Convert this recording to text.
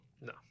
No